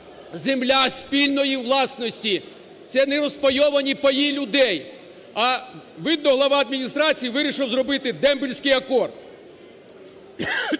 земля спільної власності, це нерозпайовані паї людей! А, видно, глава адміністрації вирішив зробити "дембельський акорд"